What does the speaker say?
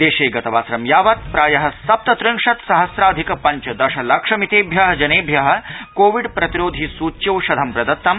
देशे गतवासरं यावत् प्रायः सप्त त्रिंशत् सहस्राधिक पञ्चदश लक्षमितेभ्य जनेभ्य कोविड् प्रतिरोधि सूच्यौषधं प्रदतम्